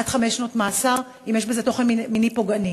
עד חמש שנות מאסר אם יש בזה תוכן מיני פוגעני.